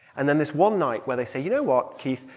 and then this one night where they say, you know what, keith?